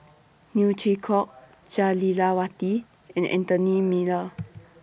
Neo Chwee Kok Jah Lelawati and Anthony Miller